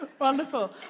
Wonderful